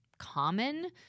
common